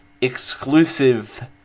exclusive